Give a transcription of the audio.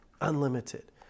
unlimited